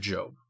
Job